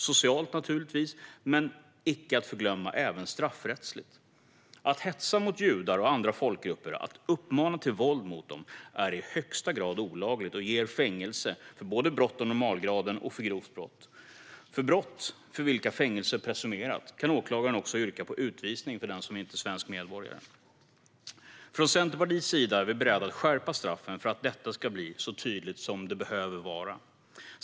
Priset är socialt men - icke att förglömma - även straffrättsligt. Att hetsa mot judar och andra folkgrupper och att uppmana till våld mot dem är i högsta grad olagligt och ger fängelse för både brott av normalgraden och för grovt brott. För brott för vilka fängelse är presumerat kan åklagaren också yrka på utvisning för den som inte är svensk medborgare. Från Centerpartiets sida är vi beredda att skärpa straffen för att detta ska bli så tydligt som det behöver vara.